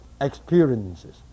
experiences